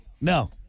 no